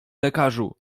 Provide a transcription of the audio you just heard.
lekarzu